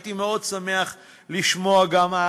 הייתי מאוד שמח לשמוע גם על